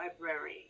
library